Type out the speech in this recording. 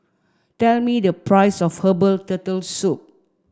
tell me the price of herbal turtle soup